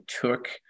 took